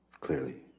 clearly